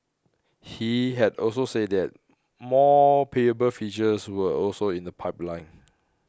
he had also said that more payable features were also in the pipeline